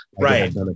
Right